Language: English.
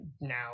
now